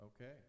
okay